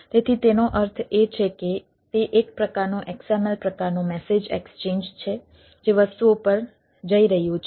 તેથી તેનો અર્થ એ છે કે તે એક પ્રકારનો XML પ્રકારનો મેસેજ એક્સચેન્જ છે જે વસ્તુઓ પર જઈ રહ્યું છે